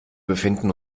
befinden